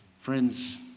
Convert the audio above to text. Friends